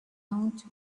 owned